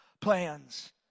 plans